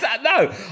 No